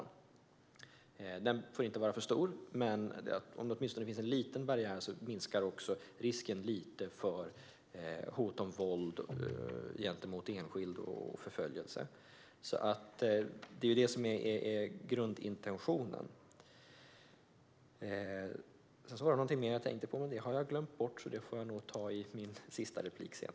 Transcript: Ansträngningen får inte vara för stor, men om det åtminstone finns en liten barriär minskar risken något för hot om våld och förföljelse gentemot enskild. Detta är grundintentionen.